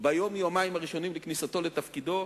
ביום-יומיים הראשונים לכניסתו לתפקידו,